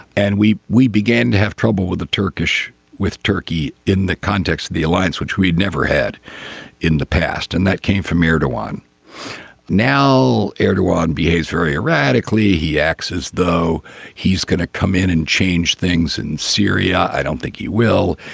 and we we began to have trouble with the turkish with turkey in the context of the alliance which we'd never had in the past. and that came from erdogan. now erdogan behaves very erratically. he acts as though he's going to come in and change things in syria. i don't think he will.